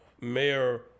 Mayor